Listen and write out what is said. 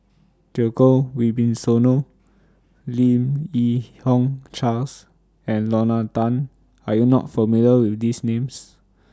Djoko Wibisono Lim Yi Yong Charles and Lorna Tan Are YOU not familiar with These Names